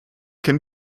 can